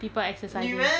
people exercising